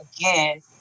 again